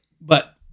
But-